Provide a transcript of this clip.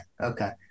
Okay